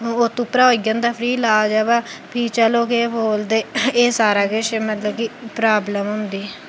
उत्त उप्परां होई जंदा फ्री लाज बा फ्ही चलो केह् बोलदे एह् सारा किश मतलब कि प्राब्लम होंदी